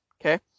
okay